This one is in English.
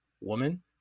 Woman